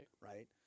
right